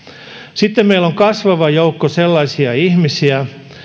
sitten meillä on kasvava joukko sellaisia ihmisiä